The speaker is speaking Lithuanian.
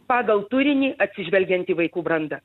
pagal turinį atsižvelgiant į vaikų brandą